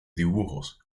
dibujos